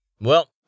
Well